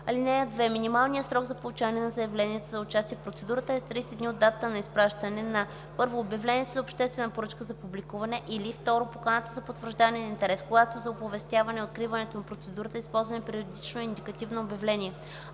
(2) Минималният срок за получаване на заявления за участие в процедурата е 30 дни считано от датата на изпращане на: 1. обявлението за обществена поръчка за публикуване, или 2. поканата за потвърждаване на интерес, когато за оповестяване откриването на процедурата е използвано периодично индикативно обявление.